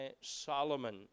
Solomon